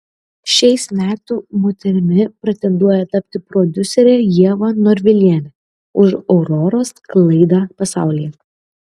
šiais metų moterimi pretenduoja tapti prodiuserė ieva norvilienė už auroros sklaidą pasaulyje